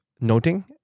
noting